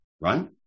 Right